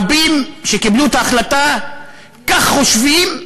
רבים שקיבלו את ההחלטה כך חושבים,